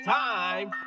time